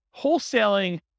wholesaling